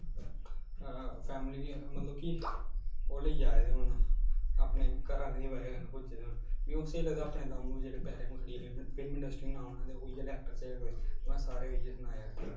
family गी मतलब कि ओह् लेइयै आए दे होन अपने घरा आह्ले दी बजह कन्नै पुज्जे दे होन मीं ओह् स्हेई लगदे अपने दम उप्पर जेह्ड़े पैरे उप्पर खड़ोइयै फिल्म इडंस्ट्री च नांऽ बनाए दे उ'ऐ जेह् ऐक्टर अच्छे लगदे में सारे ओह् ई सनाए ऐक्टर